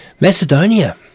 Macedonia